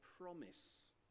promise